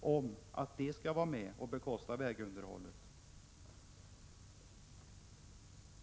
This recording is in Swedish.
om att de skall vara med och bekosta vägunderhållet.